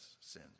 sin